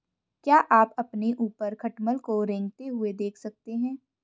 क्या आप अपने ऊपर खटमल को रेंगते हुए देख सकते हैं?